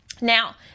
Now